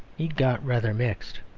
he got rather mixed.